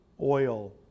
oil